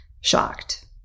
shocked